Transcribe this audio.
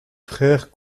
frères